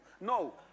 No